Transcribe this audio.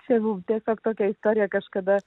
tėvų tiesiog tokia įtari kažkada